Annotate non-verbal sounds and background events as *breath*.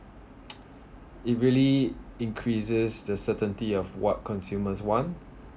*noise* it really increases the certainty of what consumers want *breath*